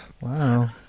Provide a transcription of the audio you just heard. Wow